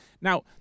Now